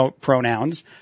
pronouns